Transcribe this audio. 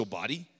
body